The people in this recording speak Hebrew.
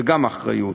וגם אחריות.